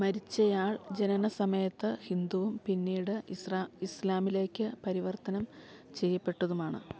മരിച്ചയാൾ ജനനസമയത്ത് ഹിന്ദുവും പിന്നീട് ഇസ്ലാമിലേക്ക് പരിവർത്തനം ചെയ്യപ്പെട്ടതുമാണ്